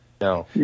No